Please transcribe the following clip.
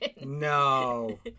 No